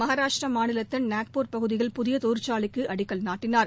மகாராஷ்டிர மாநிலத்தின் நாக்பூர் பகுதியில் புதிய தொழிற்சாலைக்கு அடிக்கல் நாட்டினார்